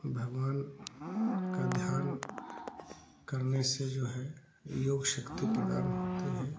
भगवान का ध्यान करने से जो है योग शक्ति प्रदान होती है